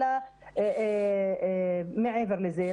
אלא מעבר לזה.